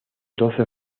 doce